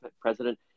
president